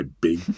big